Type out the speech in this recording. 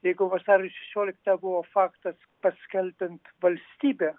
jeigu vasario šešioliktąją buvo faktas paskelbiant valstybę